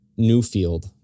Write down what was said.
Newfield